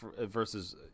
versus